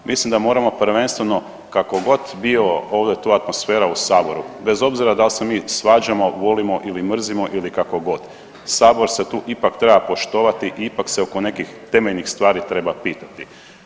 Mislim da moramo prvenstveno kakogod bio ovdje tu atmosfera u Saboru, bez obzira dal se mi svađamo, volimo ili mrzimo ili kakogod Sabor se tu ipak treba poštovati i ipak se oko nekih temeljnih stvari treba pitati.